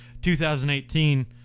2018